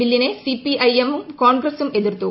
ബില്ലിനെ സിപിഐഎമ്മും കോൺഗ്രസും എതിർത്തു